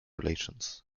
relations